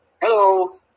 Hello